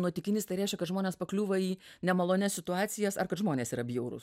nuotykinis tai reiškia kad žmonės pakliūva į nemalonias situacijas ar kad žmonės yra bjaurūs